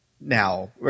Now